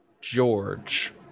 George